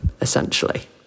essentially